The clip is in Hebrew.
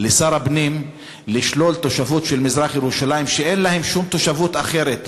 לשר הפנים לשלול תושבות של מזרח-ירושלים מתושבים שאין להם תושבות אחרת,